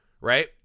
Right